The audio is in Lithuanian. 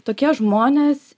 tokie žmonės